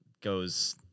goes